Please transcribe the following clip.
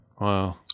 Wow